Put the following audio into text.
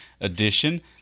edition